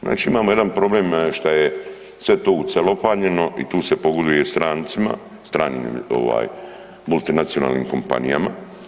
Znači imamo jedan problem šta je sve to ucelofanjeno i tu se pogoduje strancima, stranim ovaj multinacionalnim kompanijama.